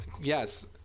Yes